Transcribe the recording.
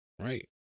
Right